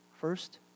first